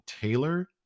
Taylor